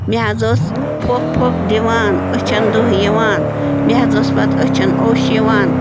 مےٚ حظ اوس پھۄکھ پھۄکھ دِوان أچھَن دٕہ یِوان مےٚ حظ ٲس پَتہٕ أچھَن اوٚش یِوان